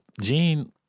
Gene